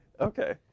Okay